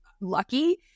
lucky